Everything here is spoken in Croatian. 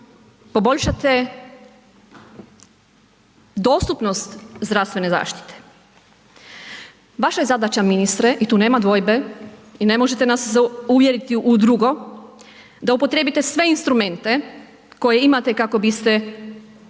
poboljšate dostupnost zdravstvene zaštite? Vaša je zadaća ministre i tu nema dvojbe i ne možete nas uvjeriti u drugo, da upotrijebite sve instrumente koje imate kako biste sustav